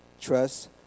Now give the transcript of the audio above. trust